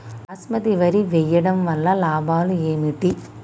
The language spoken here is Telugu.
బాస్మతి వరి వేయటం వల్ల లాభాలు ఏమిటి?